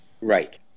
Right